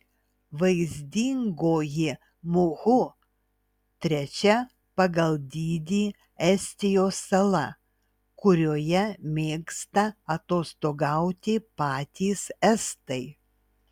vaizdingoji muhu trečia pagal dydį estijos sala kurioje mėgsta atostogauti patys estai